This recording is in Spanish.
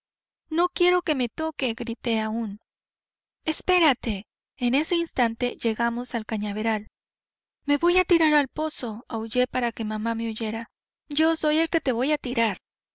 no quiero que me toque grité aún espérate en ese instante llegamos al cañaveral me voy a tirar al pozo aullé para que mamá me oyera yo soy el que te voy a tirar